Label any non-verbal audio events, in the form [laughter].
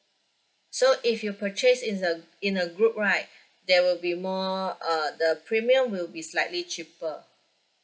so if you purchase is a in a group right [breath] there will be more uh the premium will be slightly cheaper